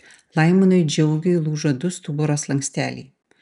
laimonui džiaugiui lūžo du stuburo slanksteliai